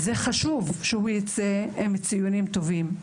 חשוב שהוא יצא עם ציונים טובים,